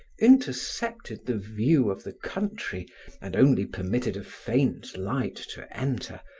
intercepted the view of the country and only permitted a faint light to enter,